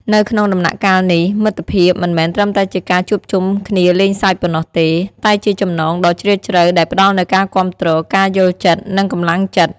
នៅក្នុងដំណាក់កាលនេះ មិត្តភាពមិនមែនត្រឹមតែជាការជួបជុំគ្នាលេងសើចប៉ុណ្ណោះទេ តែជាចំណងដ៏ជ្រាលជ្រៅដែលផ្ដល់នូវការគាំទ្រ ការយល់ចិត្ត និងកម្លាំងចិត្ត។